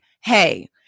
hey